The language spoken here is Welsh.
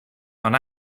ond